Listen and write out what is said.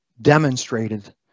demonstrated